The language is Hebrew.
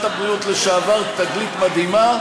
אני אגלה לכבוד שרת הבריאות לשעבר תגלית מדהימה: